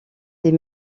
des